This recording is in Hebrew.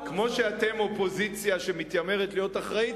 כמו שאתם אופוזיציה שמתיימרת להיות אחראית,